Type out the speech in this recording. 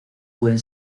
pueden